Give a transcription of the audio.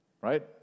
right